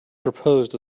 proposed